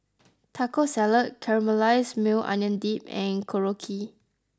Taco Salad Caramelized Maui Onion Dip and Korokke